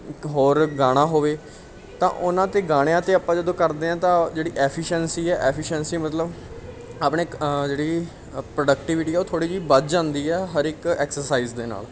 ਇਕ ਹੋਰ ਗਾਣਾ ਹੋਵੇ ਤਾਂ ਉਹਨਾਂ 'ਤੇ ਗਾਣਿਆਂ 'ਤੇ ਆਪਾਂ ਜਦੋਂ ਕਰਦੇ ਹਾਂ ਤਾਂ ਜਿਹੜੀ ਐਫੀਸ਼ੈਂਸੀ ਆ ਐਫੀਸ਼ੈਂਸੀ ਮਤਲਬ ਆਪਣੇ ਜਿਹੜੀ ਅ ਪ੍ਰੋਡਕਟੀਵਿਟੀ ਆ ਉਹ ਥੋੜ੍ਹੀ ਜਿਹੀ ਵੱਧ ਜਾਂਦੀ ਆ ਹਰ ਇੱਕ ਐਕਸਰਸਾਈਜ਼ ਦੇ ਨਾਲ